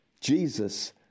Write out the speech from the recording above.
Jesus